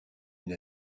une